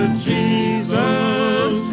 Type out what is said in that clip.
Jesus